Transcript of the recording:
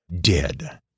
Dead